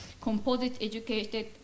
composite-educated